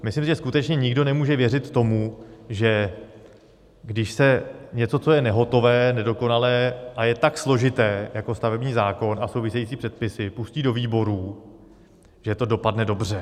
Myslím, že skutečně nikdo nemůže věřit tomu, že když se něco, co je nehotové, nedokonalé a je tak složité, jako stavební zákon a související předpisy, pustí do výborů, že to dopadne dobře.